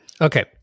Okay